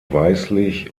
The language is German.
weißlich